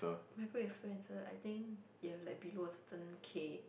micro influencer I think you have like below a certain K